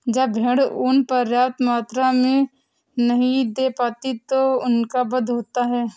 जब भेड़ ऊँन पर्याप्त मात्रा में नहीं दे पाती तो उनका वध होता है